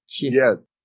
Yes